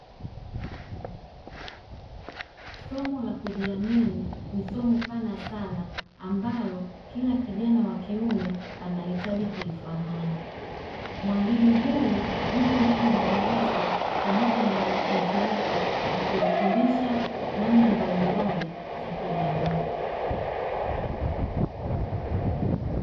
Somo la kujiamini ni somo pana sana ambalo kila kijana wa kiume anahitaji kulifahamu, mwalimu huyu yuko ndani ya darasa pamoja na wanafunzi wake akiwafundisha namna mbalimbali za kujiamini.